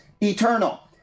Eternal